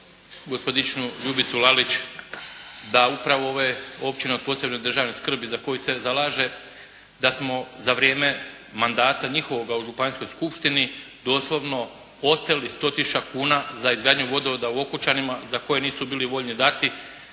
gospodičnu Ljubicu Lalić da upravo ove općine od posebne državne skrbi za koje se zalaže da smo za vrijeme mandata njihovoga u županijskog skupštini doslovno oteli 100 tisuća kuna za izgradnju vodovoda u Okučanima za koje nisu bili voljni dati